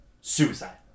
Suicide